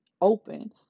open